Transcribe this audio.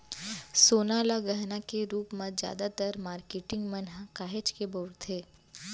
सोना ल गहना के रूप म जादातर मारकेटिंग मन ह काहेच के बउरथे